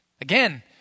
Again